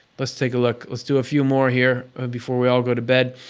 let's take a look. let's do a few more here before we all go to bed.